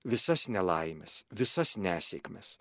visas nelaimes visas nesėkmes